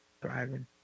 thriving